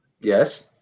Yes